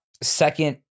Second